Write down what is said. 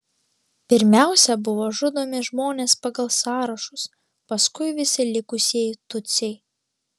pirmiausia buvo žudomi žmonės pagal sąrašus paskui visi likusieji tutsiai